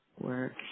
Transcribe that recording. work